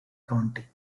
county